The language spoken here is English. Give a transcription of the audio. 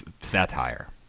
satire